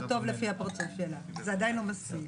לא טוב, לפי הפרצוף שלה, זה עדיין לא מספיק.